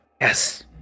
Yes